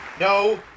No